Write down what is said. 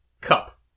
Cup